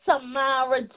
Tamara